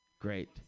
great